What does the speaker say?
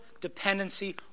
dependency